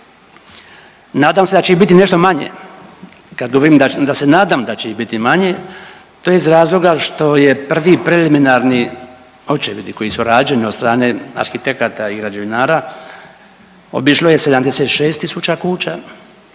Nadam se da će ih biti nešto manje, kad govorim da se nadam da će ih biti manje to je iz razloga što je prvi preliminarni očevidi koji su rađeni od strane arhitekata i građevinara obišlo je 76 tisuća